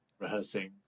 rehearsing